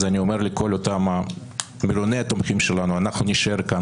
אז אני אומר לכל אותם מיליוני התומכים שלנו: אנחנו נישאר כאן